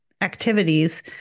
activities